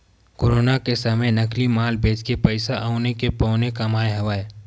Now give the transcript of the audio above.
corona के समे नकली माल बेचके पइसा औने के पौने कमाए हवय